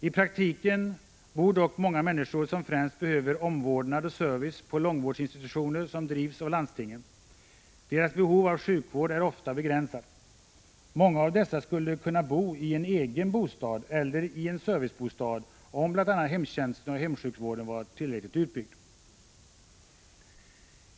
I praktiken bor dock många människor som främst behöver omvårdnad och service på långvårdsinstitutioner som drivs av landstingen. Deras behov av sjukvård är ofta begränsat. Många av dessa skulle kunna bo i en egen bostad, eller i en servicebostad, om bl.a. hemtjänsten och hemsjukvården var tillräckligt utbyggd.